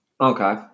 Okay